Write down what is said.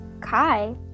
Kai